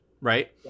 Right